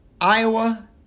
Iowa